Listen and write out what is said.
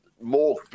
more